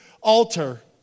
altar